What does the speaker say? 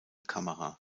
kamera